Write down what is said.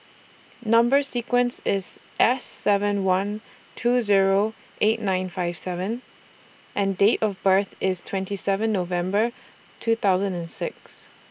Number sequence IS S seven one two Zero eight nine five seven and Date of birth IS twenty seven November two thousand and six